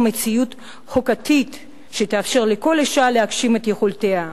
מציאות חוקתית שתאפשר לכל אשה להגשים את יכולותיה.